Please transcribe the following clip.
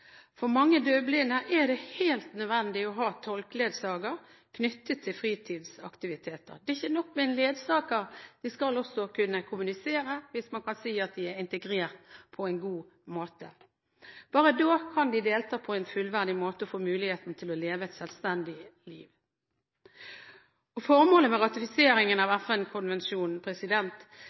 For mange døvblinde er det helt nødvendig å ha tolk/ledsager knyttet til fritidsaktiviteter. Det er ikke nok med en ledsager, de skal også kunne kommunisere hvis man skal kunne si at de er integrert på en god måte. Bare da kan de delta på en fullverdig måte og få muligheten til å leve et selvstendig liv. Formålet med ratifiseringen av